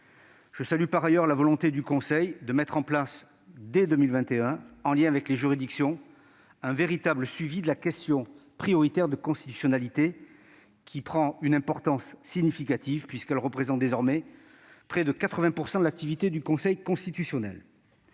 Je salue la volonté du Conseil constitutionnel de mettre en place, dès 2021, en lien avec les juridictions, un véritable suivi de la question prioritaire de constitutionnalité, qui prend une importance significative, puisqu'elle représente désormais près de 80 % de son activité. Enfin, la dotation